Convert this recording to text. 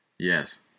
Yes